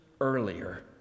earlier